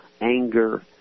anger